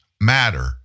matter